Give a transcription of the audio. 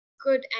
good